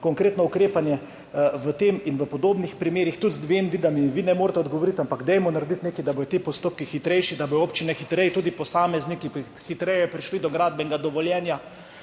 konkretno ukrepanje v tem in v podobnih primerih? Vem, da mi tudi vi ne morete odgovoriti, ampak dajmo nekaj narediti, da bodo ti postopki hitrejši, da bodo občine, tudi posamezniki hitreje prišli do gradbenega dovoljenja